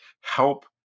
help